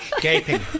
Gaping